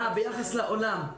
ביחס לעולם.